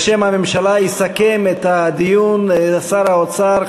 בשם הממשלה יסכם את הדיון שר האוצר,